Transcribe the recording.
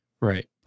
Right